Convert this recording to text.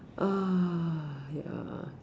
ah ya